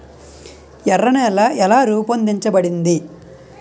ఎర్ర నేల ఎలా రూపొందించబడింది?